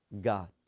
God